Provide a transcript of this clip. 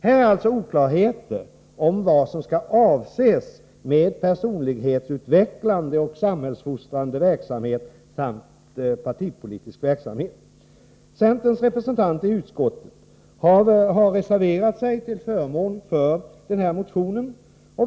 Det finns alltså oklarheter om vad som skall avses med personlighetsutvecklande och samhällsfostrande verksamhet samt partipolitisk verksamhet. Centerns representanter i utskottet har reserverat sig till förmån för Olof Johanssons motion.